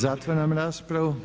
Zatvaram raspravu.